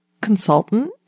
consultant